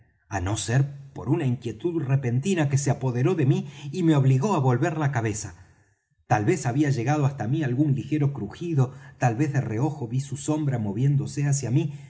á no ser por una inquietud repentina que se apoderó de mí y me obligó á volver la cabeza tal vez había llegado hasta mí algún ligero crujido tal vez de reojo ví su sombra moviéndose hacia mí